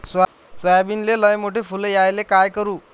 सोयाबीनले लयमोठे फुल यायले काय करू?